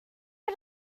had